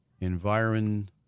environment